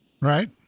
Right